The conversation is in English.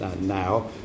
now